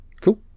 Cool